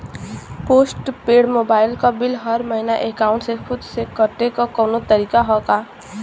Post paid mobile क bill हर महिना एकाउंट से खुद से कटे क कौनो तरीका ह का?